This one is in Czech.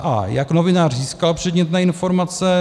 a) jak novinář získal předmětné informace,